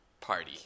party